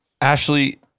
Ashley